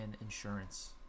insurance